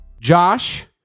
Josh